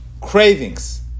Cravings